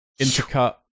intercut